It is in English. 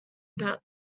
about